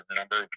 number